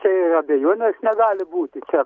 čia ir abejonės negali būti čia